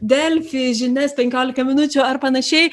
delfi žinias penkiolika minučių ar panašiai